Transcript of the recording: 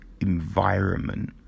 environment